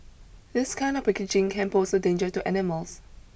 this kind of packaging can pose a danger to animals